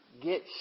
get